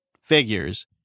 figures